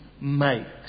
makes